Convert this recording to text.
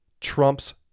trumps